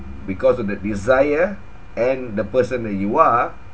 because of that desire and the person that you are